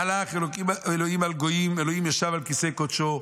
מלך אלהים על גוים אלהים ישב על כסא קדשו.